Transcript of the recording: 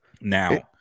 Now